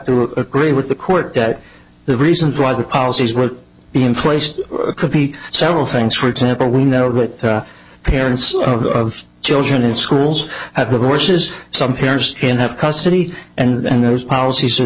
to agree with the court that the reason why the policies were being placed could be several things for example we know that parents of children in schools have the resources some parents didn't have custody and those policies are